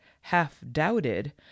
half-doubted